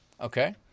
Okay